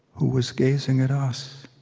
who was gazing at us.